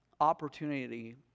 opportunity